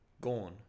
gone